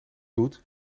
doet